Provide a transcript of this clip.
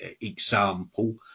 example